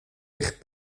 eich